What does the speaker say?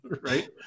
Right